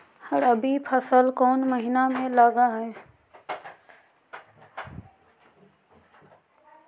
रबी फसल कोन महिना में लग है?